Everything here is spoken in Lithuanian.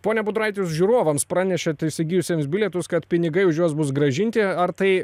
pone budraiti jūs žiūrovams pranešėt įsigijusiems bilietus kad pinigai už juos bus grąžinti ar tai